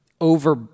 over